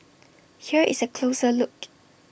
here is A closer look